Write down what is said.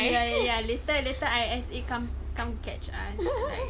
ya ya later later I_S_A come come catch us like